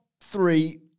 three